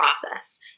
process